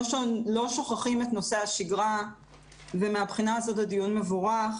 שוכחים את נושא השגרה ומהבחינה הזאת הדיון מבורך.